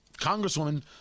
Congresswoman